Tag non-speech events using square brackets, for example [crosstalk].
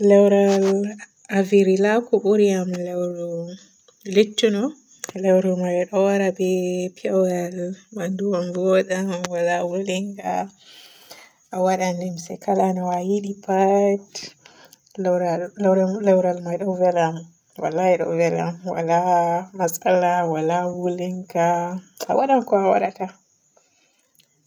[noise] Lewru avirilako buri am lewru luttoɗum, lewru me ɗo waara be pewol, banɗo am bo waadan woola woolinga, a waadan limse kala no a yiɗi pat lewra-lew-lewral me ɗo vela am, wallahi ɗon vela am waala matsala. Waala woolinga, a waadan ko a waadata.